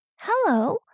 Hello